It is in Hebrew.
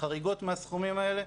חריגות מהסכומים האלה.